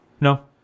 No